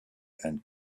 and